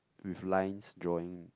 with lines drawing